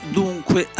dunque